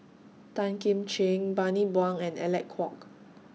Tan Kim Ching Bani Buang and Alec Kuok